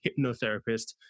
hypnotherapist